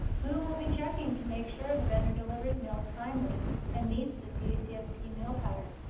who will be checking to make sure the vendor delivers meals timely and meets the cacfp meal pattern?